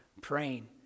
praying